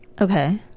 Okay